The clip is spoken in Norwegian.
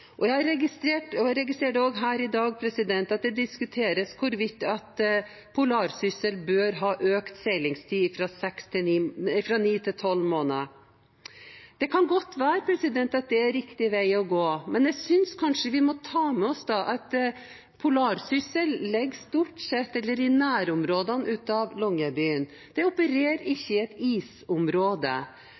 2016. Jeg registrerer i dag at det diskuteres hvorvidt «Polarsyssels» seilingstid bør øke fra ni til tolv måneder. Det kan godt være riktig vei å gå, men jeg synes vi kanskje må ta med oss at «Polarsyssel» stort sett ligger i nærområdene til Longyearbyen og opererer ikke i